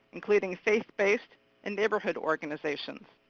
including faith-based and neighborhood organizations.